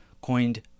coined